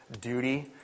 duty